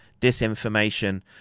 disinformation